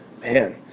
man